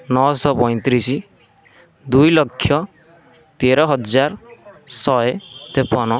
ନଅ ଶହ ପଞ୍ଚତିରିଶ ଦୁଇ ଲକ୍ଷ ତେର ହଜାର ଶହେ ତେପନ